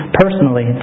personally